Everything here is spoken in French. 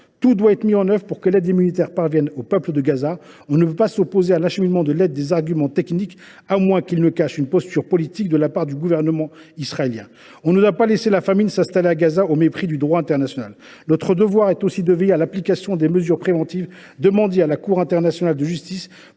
Tout doit être mis en œuvre pour que l’aide humanitaire parvienne au peuple de Gaza. L’on ne peut pas opposer à l’acheminement de l’aide des arguments techniques, sauf à ce que ces derniers cachent une posture politique de la part du gouvernement israélien. On ne doit pas laisser la famine s’installer à Gaza, au mépris du droit international. Notre devoir est aussi de veiller à l’application des mesures préventives demandées par la Cour internationale de justice